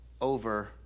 over